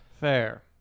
Fair